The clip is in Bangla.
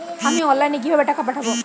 আমি অনলাইনে কিভাবে টাকা পাঠাব?